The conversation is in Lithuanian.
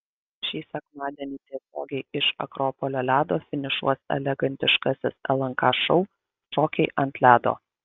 šį sekmadienį tiesiogiai iš akropolio ledo finišuos elegantiškasis lnk šou šokiai ant ledo